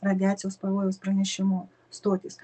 radiacijos pavojaus pranešimų stotys